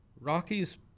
Rockies